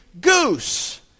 goose